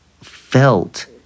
felt